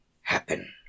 happen